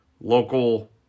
local